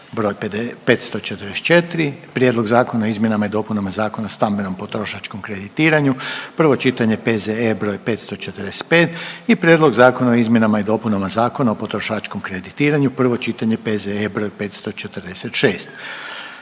broj 544 - Prijedlog Zakona o izmjenama i dopunama Zakona o stambenom potrošačkom kreditiranju, prvo čitanje, P.Z.E. broj 545 i - Prijedlog Zakona o izmjenama i dopunama Zakona o potrošačkom kreditiranju, prvo čitanje, P.Z.E. broj 546